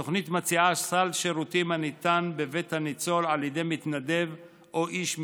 התוכנית מציעה סל שירותים הניתן בבית הניצול על ידי מתנדב או איש מקצוע.